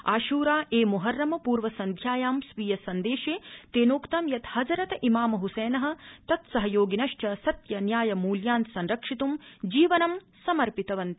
आशूरा ए मोहर्रम पूर्व सन्ध्यायां स्वीये सन्देशे तेनोक्तं यत् हजरत इमाम हुसैन तत्सहयोगिन च सत्य न्याय मूल्यान् संरक्षित् जीवनं समर्पितवन्त